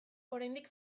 oraindik